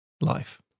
life